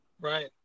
Right